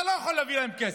אתה לא יכול להביא להם כסף.